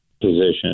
Position